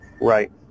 right